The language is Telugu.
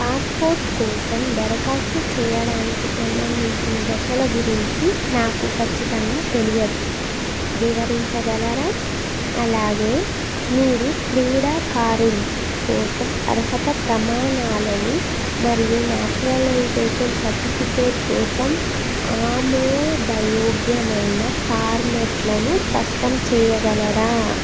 పాస్పోర్ట్ కోసం దరఖాస్తు చెయ్యడానికి సంబంధించిన దశల గురించి నాకు ఖచ్చితంగా తెలియదు వివరించగలరా అలాగే మీరు క్రీడాకారులు కోసం అర్హత ప్రమాణాలను మరియు నేచురలైజేషన్ సర్టిఫికేట్ కోసం ఆమోదయోగ్యమైన పార్మెట్లను స్పష్టం చెయ్యగలరా